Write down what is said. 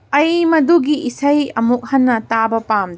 ꯑꯩ ꯃꯗꯨꯒꯤ ꯏꯁꯩ ꯑꯃꯨꯛ ꯍꯟꯅ ꯇꯥꯕ ꯄꯥꯝ